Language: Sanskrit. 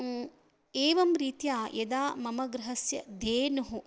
एवं रीत्या यदा मम गृहस्य धेनुः